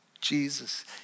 Jesus